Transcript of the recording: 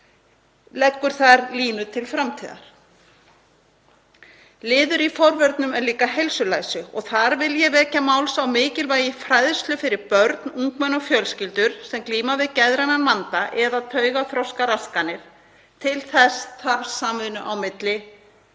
leggur þar línur til framtíðar. Liður í forvörnum er líka heilsulæsi og þar vil ég vekja máls á mikilvægi fræðslu fyrir börn, ungmenni og fjölskyldur sem glíma við geðrænan vanda eða taugaþroskaraskanir. Til þess þarf samvinnu á milli